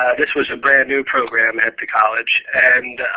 this was a brand new program at the college, and